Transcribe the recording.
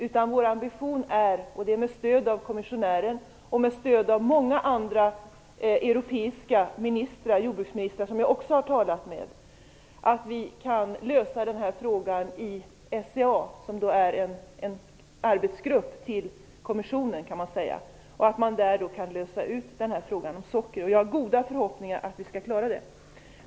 Utan vår ambition är att vi - och det är med stöd av kommissionären och med stöd av många andra europeiska jordbruksministrar som jag också har talat med - kan lösa den här frågan i SCA, som är en arbetsgrupp till kommissionen. Där skall man kunna lösa den här frågan om sockret, och jag har goda förhoppningar att vi skall kunna klara det.